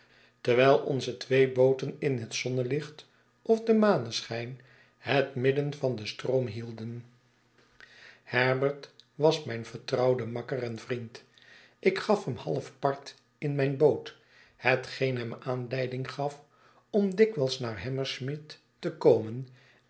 terwijl onze twee booten in het zonnelicht of den maneschijn het midden van den stroom hielden herbert was mijn vertrouwde makker en vriend ik gaf hem half part in mijne boot hetgeen hem aanleiding gaf om dikwijls naar hammersmith te komen